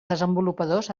desenvolupadors